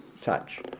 touch